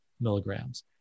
Milligrams